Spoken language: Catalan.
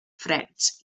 freds